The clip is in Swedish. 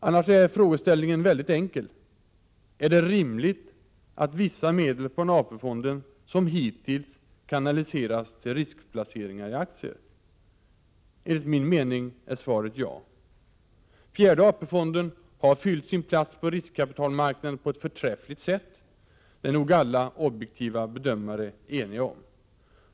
Annars är frågeställningen väldigt enkel: Är det rimligt att vissa medel från AP-fonden kanaliseras, som hittills, till riskplaceringar i aktier? Svaret är enligt regeringens mening ja. Fjärde AP-fonden har fyllt sin plats på riskkapitalmarknaden på ett förträffligt sätt — det är nog alla objektiva bedömare eniga om.